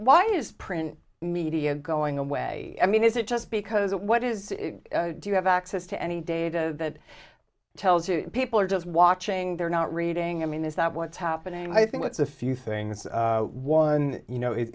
why is print media going away i mean is it just because what is do you have access to any data that tells you that people are just watching they're not reading i mean is that what's happening i think it's a few things one you know it